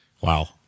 Wow